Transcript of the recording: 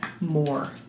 more